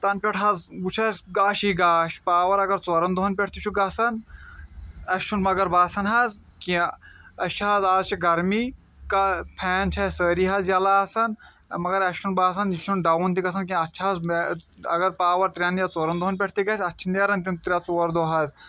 تَنہٕ پٮ۪ٹھ حظ وُچھُ اَسہِ گاشِے گاش پاوَر اَگر ژورَن دۄہَن پٮ۪ٹھ تہِ چھُ گژھان اَسہِ چھُنہٕ مگر باسان حظ کیٚنٛہہ أسۍ چھِ حظ آز چھِ گَرمی کا فین چھِ اَسہِ سٲری حظ یَلہٕ آسان مگر اَسہِ چھُنہٕ باسان یہِ چھُنہٕ ڈوُن تہِ گژھان کیٚنٛہہ اَتھ چھِ حظ اَگر پاوَر ترٛٮ۪ن یا ژورَن دۄہَن پٮ۪ٹھ تہِ گژھِ اَتھ چھِنہٕ نیران تِم ترٛےٚ ژور دۄہ حظ